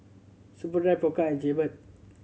Superdry Pokka and Jaybird